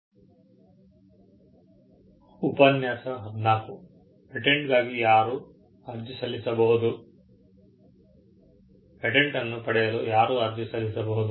ಪೇಟೆಂಟನ್ನು ಪಡೆಯಲು ಯಾರು ಅರ್ಜಿ ಸಲ್ಲಿಸಬಹುದು